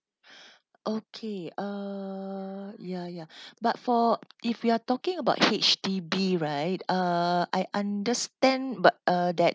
okay uh ya ya but for if you are talking about H_D_B right uh I understand but uh that